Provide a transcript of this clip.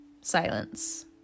silence